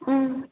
ம்